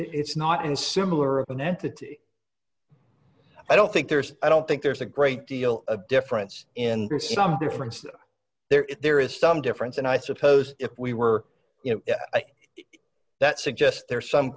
it's not in similar of an entity i don't think there's i don't think there's a great deal of difference in some difference there if there is some difference and i suppose if we were you know that suggests there's some